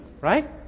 right